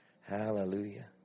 Hallelujah